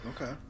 Okay